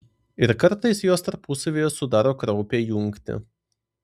ir kartais jos tarpusavyje sudaro kraupią jungtį